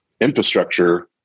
infrastructure